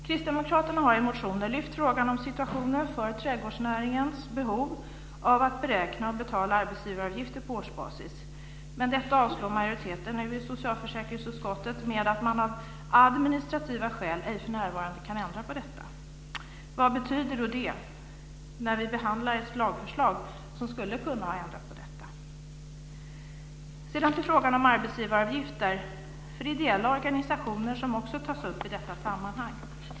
Kristdemokraterna har i motioner lyft fram frågan om situationen för trädgårdsnäringen och dess behov av att beräkna och betala arbetsgivaravgifter på årsbasis, men detta avslår majoriteten i socialförsäkringsutskottet med motiveringen att man av administrativa skäl ej för närvarande kan ändra på detta. Vad betyder då det? Vi behandlar ju nu ett lagförslag som skulle kunna ändra på detta. Jag går sedan över till frågan om arbetsgivaravgifter för ideella organisationer, som också tas upp i detta sammanhang.